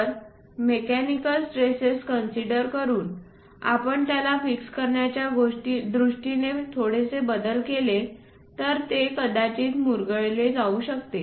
जर mechanical stresses consider करून आपण त्याला फिक्स करण्याच्या दृष्टीने थोडेसे बदल केले तर ते कदाचित मुरगळले जाऊ शकते